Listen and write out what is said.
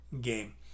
game